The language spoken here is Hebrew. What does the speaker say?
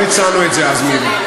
לא הצענו את זה אז, מירי.